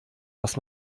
was